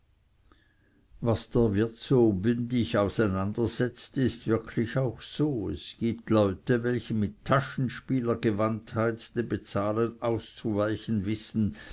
was der wirt da so bündig auseinandersetzte ist wirklich auch so es gibt leute welche mit taschenspielergewandtheit dem bezahlen auszuweichen wissen